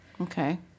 Okay